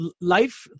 life